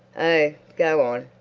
oh, go on!